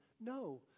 No